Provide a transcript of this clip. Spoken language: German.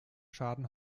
schaden